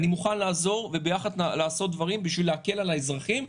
אני מוכן לעזור וביחד לעשות דברים בשביל להקל על האזרחים.